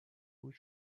بود